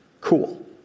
Cool